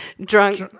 drunk